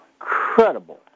incredible